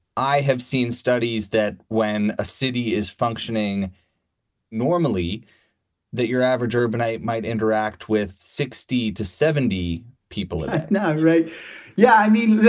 i have seen studies that when a city is functioning normally that your average urbanite might interact with sixty to seventy people now yeah. i mean,